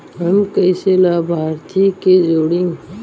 हम कइसे लाभार्थी के जोड़ी?